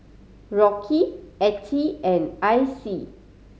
Rocky Attie and Icey